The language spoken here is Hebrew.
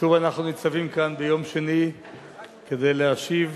שוב אנחנו ניצבים כאן ביום שני כדי להשיב